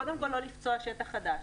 קודם כל לא לפצוע שטח חדש.